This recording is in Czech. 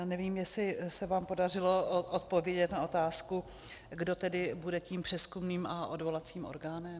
Nevím, jestli se vám podařilo odpovědět na otázku, kdo tedy bude tím přezkumným a odvolacím orgánem?